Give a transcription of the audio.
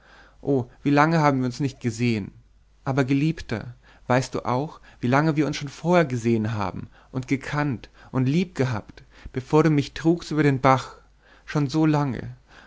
o wie lange haben wir uns nicht gesehen aber geliebter weißt du auch wie lange wir uns schon vorher gesehen haben und gekannt und lieb gehabt bevor du mich trugst über den bach schon so lange